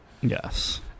Yes